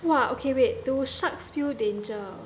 !wah! okay wait do sharks feel danger